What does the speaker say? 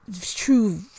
true